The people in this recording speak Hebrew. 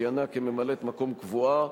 שכיהנה כממלאת-מקום קבועה,